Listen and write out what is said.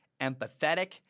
empathetic